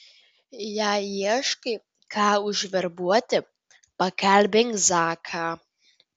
jei ieškai ką užverbuoti pakalbink zaką